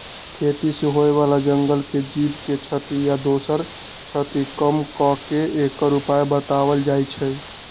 खेती से होय बला जंगल के जीव के क्षति आ दोसर क्षति कम क के एकर उपाय् बतायल जाइ छै